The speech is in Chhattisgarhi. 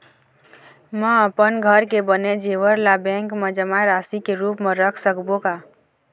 म अपन घर के बने जेवर ला बैंक म जमा राशि के रूप म रख सकबो का?